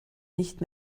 nicht